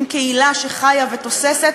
עם קהילה שחיה ותוססת,